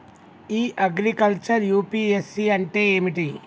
ఇ agriculture UPSC అంటే ఏమిటి?